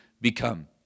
become